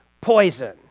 poison